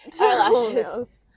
eyelashes